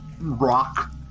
rock